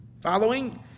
Following